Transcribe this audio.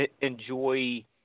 Enjoy